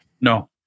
No